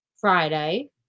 Friday